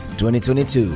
2022